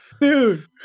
Dude